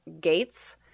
gates